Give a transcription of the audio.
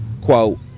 Quote